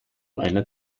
einer